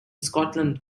scotland